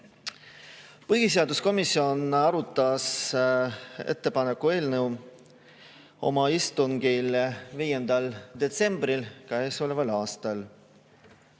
730.Põhiseaduskomisjon arutas ettepaneku eelnõu oma istungil 5. detsembril käesoleval aastal.